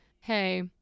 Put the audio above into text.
hey